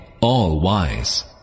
all-wise